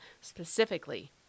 specifically